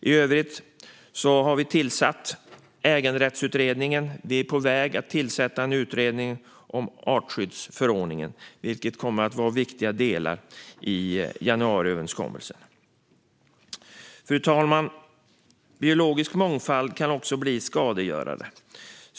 I övrigt har vi tillsatt en äganderättsutredning och är på väg att tillsätta en utredning om artskyddsförordningen som kommer att vara viktiga delar i januariöverenskommelsen. Fru talman! Biologisk mångfald kan också bli skadegörare.